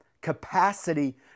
Capacity